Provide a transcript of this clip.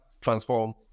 transform